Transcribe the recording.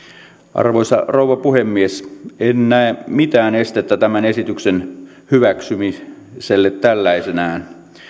arvoisa rouva puhemies en näe mitään estettä tämän esityksen hyväksymiselle tällaisenaan